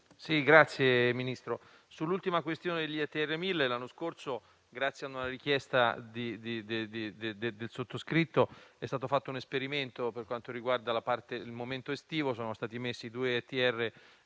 Presidente, Ministro, sull'ultima questione degli ETR1000 l'anno scorso, grazie a una richiesta del sottoscritto, è stato fatto un esperimento. Nel periodo estivo sono stati messi due ETR